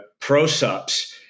ProSups